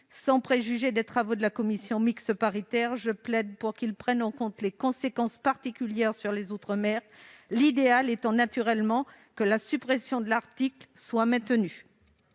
le résultat des travaux de la commission mixte paritaire, je plaide pour qu'ils prennent en compte les conséquences particulières sur les outre-mer, l'idéal étant naturellement que la suppression de l'article soit maintenue.